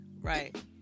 Right